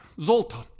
Zoltan